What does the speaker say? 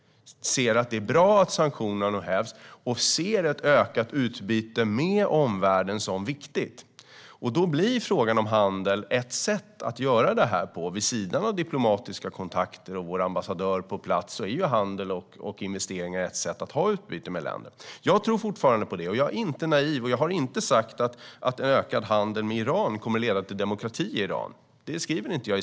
De ser det som bra att sanktionerna har hävts och ser ett ökat utbyte med omvärlden som viktigt. Då blir handel ett sätt att åstadkomma förändringar. Vid sidan av diplomatiska kontakter och vår ambassadör på plats är handel och investeringar ett sätt att ha utbyte med landet. Jag tror fortfarande på det. Jag är inte naiv, och jag säger inte i svaret att ökad handel med Iran kommer att leda till demokrati i Iran.